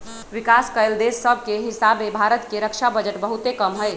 विकास कएल देश सभके हीसाबे भारत के रक्षा बजट बहुते कम हइ